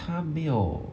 他没有